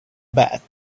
bath